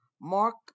Mark